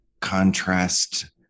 contrast